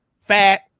fat